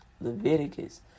Leviticus